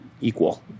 equal